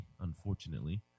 unfortunately